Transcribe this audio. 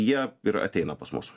jie ir ateina pas mus